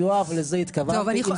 יואב, התכוונתי לזה בעיקר.